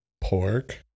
pork